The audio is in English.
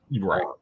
right